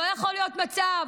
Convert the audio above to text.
לא יכול להיות מצב